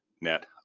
net